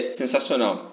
sensacional